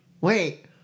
Wait